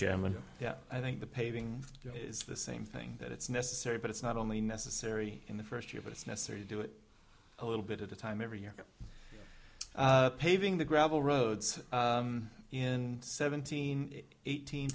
chairman yeah i think the paving is the same thing that it's necessary but it's not only necessary in the first year but it's necessary to do it a little bit at a time every year paving the gravel roads in seventeen eighteen